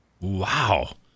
Wow